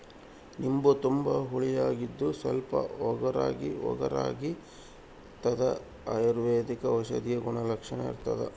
ನಿಂಬು ತುಂಬಾ ಹುಳಿಯಾಗಿದ್ದು ಸ್ವಲ್ಪ ಒಗರುಒಗರಾಗಿರಾಗಿರ್ತದ ಅಯುರ್ವೈದಿಕ ಔಷಧೀಯ ಗುಣಲಕ್ಷಣ ಇರ್ತಾದ